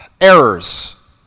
errors